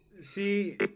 See